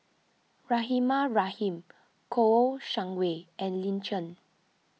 Rahimah Rahim Kouo Shang Wei and Lin Chen